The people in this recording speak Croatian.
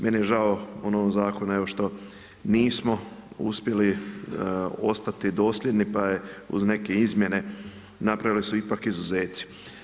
Meni je žao u novom zakonu evo što nismo uspjeli ostati dosljedni pa je uz neke izmjene napravljeni su ipak izuzeci.